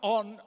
on